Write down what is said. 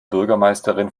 bürgermeisterin